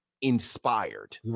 inspired